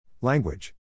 Language